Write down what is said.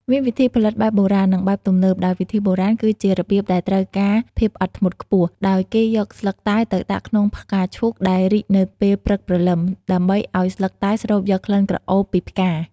មានវិធីផលិតបែបបុរាណ និងបែបទំនើប ដោយវិធីបុរាណគឺជារបៀបដែលត្រូវការភាពអត់ធ្មត់ខ្ពស់ ដោយគេយកស្លឹកតែទៅដាក់ក្នុងផ្កាឈូកដែលរីកនៅពេលព្រឹកព្រលឹម ដើម្បីឲ្យស្លឹកតែស្រូបយកក្លិនក្រអូបពីផ្កា។